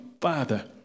father